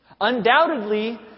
Undoubtedly